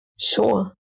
Sure